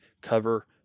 cover